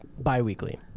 Bi-weekly